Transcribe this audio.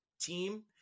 team